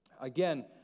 Again